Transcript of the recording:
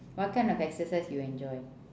what kind of exercise you enjoy